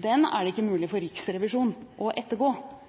er det ikke mulig for Riksrevisjonen å ettergå.